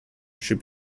should